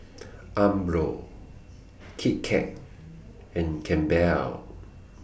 Umbro Kit Kat and Campbell's